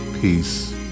peace